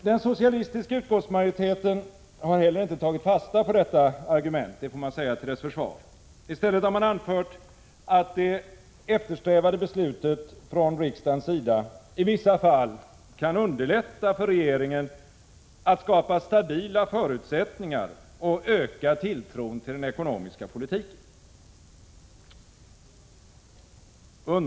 Den socialistiska utskottsmajoriteten har heller inte tagit fasta på detta argument — det får man säga till dess försvar — utan har i stället anfört att det eftersträvade beslutet från riksdagens sida i vissa fall kan underlätta för regeringen att skapa stabila förutsättningar och öka tilltron till den ekonomiska politiken.